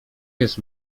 jest